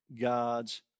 God's